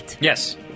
yes